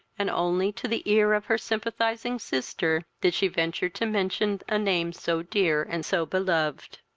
and only to the ear of her sympathizing sister did she venture to mention a name so dear and so beloved.